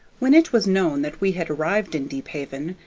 when it was known that we had arrived in deephaven,